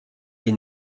les